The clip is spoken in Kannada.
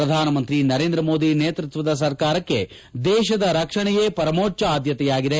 ಪ್ರಧಾನಮಂತ್ರಿ ನರೇಂದ್ರ ಮೋದಿ ನೇತೃತ್ವದ ಸರ್ಕಾರಕ್ಕೆ ದೇಶದ ರಕ್ಷಣೆಯೀ ಪರಮೋಜ್ವ ಆದ್ಯತೆಯಾಗಿದೆ